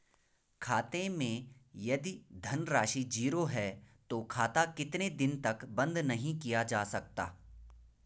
खाते मैं यदि धन राशि ज़ीरो है तो खाता कितने दिन तक बंद नहीं किया जा सकता?